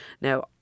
Now